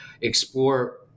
explore